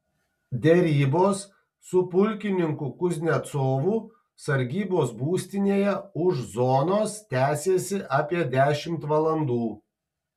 derybos su pulkininku kuznecovu sargybos būstinėje už zonos tęsėsi apie dešimt valandų